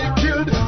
killed